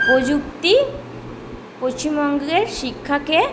প্রযুক্তি পশ্চিমবঙ্গের শিক্ষাকে